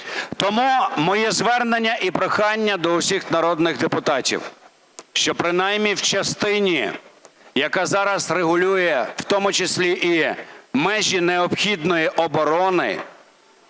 Тому моє звернення і прохання до всіх народних депутатів, що принаймні в частині, яка зараз регулює, в тому числі і межі необхідної оборони,